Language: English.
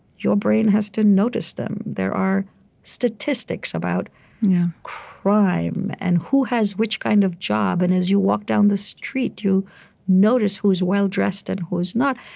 your brain has to notice them there are statistics about crime and who has which kind of job, and as you walk down the street, you notice who is well-dressed and who is not.